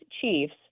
Chiefs